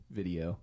video